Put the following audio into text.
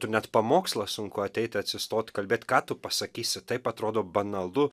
tu net pamokslą sunku ateiti atsistot kalbėt ką tu pasakysi taip atrodo banalu